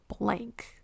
blank